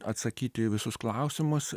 atsakyti į visus klausimus